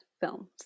films